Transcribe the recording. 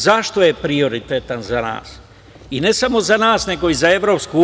Zašto je prioritetan za nas i ne samo za nas, nego i za EU?